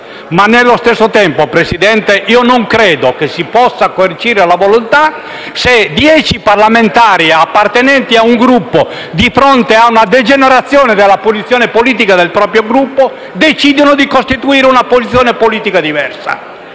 Nello stesso tempo, signor Presidente, io non credo che si possa coartare la volontà se dieci parlamentari appartenenti a un Gruppo, di fronte a una degenerazione della posizione politica del proprio Gruppo, decidono di costituire una posizione politica diversa.